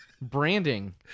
Branding